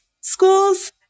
schools